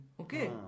Okay